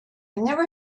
never